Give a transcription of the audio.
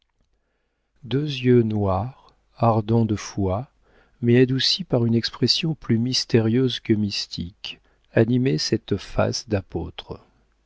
deux yeux noirs ardents de foi mais adoucis par une expression plus mystérieuse que mystique animaient cette face d'apôtre